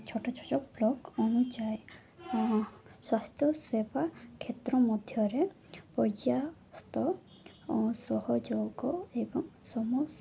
ଛୋଟ ଛୋଟ ବ୍ଲକ ଅନୁଚାୟୀ ସ୍ୱାସ୍ଥ୍ୟ ସେବା କ୍ଷେତ୍ର ମଧ୍ୟରେ ପର୍ଯ୍ୟାସ୍ତ ସହଯୋଗ ଏବଂ ସମସ